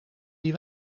die